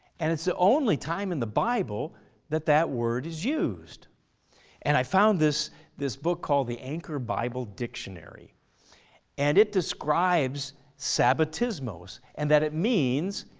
and it's the only time in the bible that that word is used and i found this this book called the anchor bible dictionary and it describes sabbatismos. and that it means,